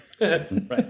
Right